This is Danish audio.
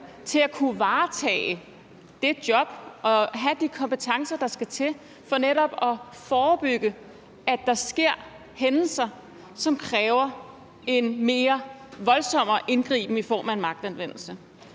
til at kunne varetage det job og have de kompetencer, der skal til, for netop at forebygge, at der sker hændelser, som kræver en voldsommere indgriben i form af magtanvendelse.